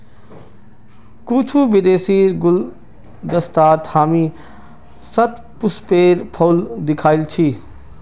कुछू विदेशीर गुलदस्तात हामी शतपुष्पेर फूल दखिल छि